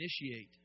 initiate